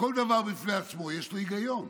כל דבר בפני עצמו, יש בו היגיון: